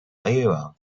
area